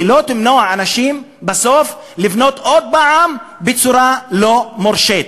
היא לא תמנע מאנשים בסוף לבנות עוד פעם בצורה לא מורשית.